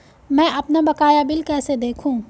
मैं अपना बकाया बिल कैसे देखूं?